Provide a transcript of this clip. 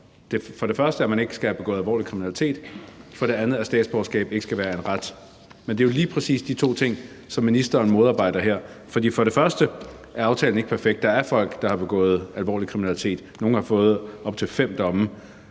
for det første, at man ikke skal have begået alvorlig kriminalitet; for det andet, at statsborgerskab ikke skal være en ret. Men det er jo lige præcis de to ting, som ministeren modarbejder her. For aftalen er ikke perfekt, for der er folk, der har begået alvorlig kriminalitet – nogle har fået op til fem domme